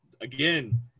again